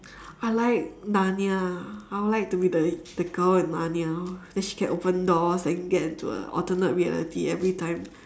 I like narnia I would like to be the the girl in narnia then she can open the doors and get into a alternate reality every time